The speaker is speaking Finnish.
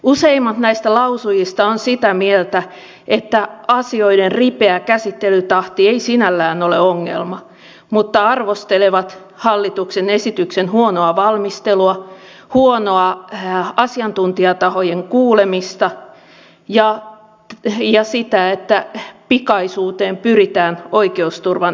useimmat näistä lausujista ovat sitä mieltä että asioiden ripeä käsittelytahti ei sinällään ole ongelma mutta arvostelevat hallituksen esityksen huonoa valmistelua huonoa asiantuntijatahojen kuulemista ja sitä että pikaisuuteen pyritään oikeusturvan hinnalla